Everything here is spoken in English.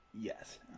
Yes